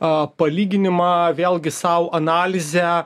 a palyginimą vėlgi sau analizę